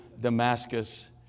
Damascus